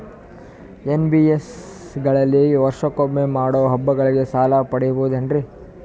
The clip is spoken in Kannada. ಎನ್.ಬಿ.ಎಸ್.ಸಿ ಗಳಲ್ಲಿ ನಾವು ವರ್ಷಕೊಮ್ಮೆ ಮಾಡೋ ಹಬ್ಬಗಳಿಗೆ ಸಾಲ ಪಡೆಯಬಹುದೇನ್ರಿ?